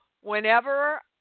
whenever